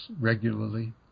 regularly